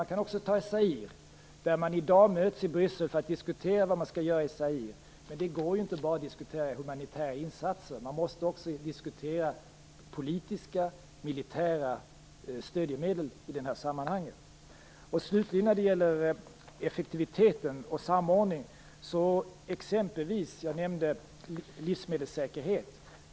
Man kan också ta Zaire som ett exempel. I dag möts man i Bryssel för att diskutera vad man skall göra i Zaire. Men det går inte att bara diskutera humanitära insatser, utan man måste också diskutera politiska och militära stödmedel i detta sammanhang. När det slutligen gäller effektiviteten och samordningen så nämnde jag exempelvis livsmedelssäkerhet.